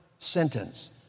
sentence